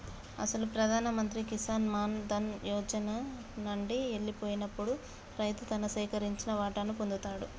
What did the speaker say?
అసలు ప్రధాన మంత్రి కిసాన్ మాన్ ధన్ యోజన నండి ఎల్లిపోయినప్పుడు రైతు తను సేకరించిన వాటాను పొందుతాడు